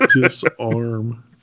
Disarm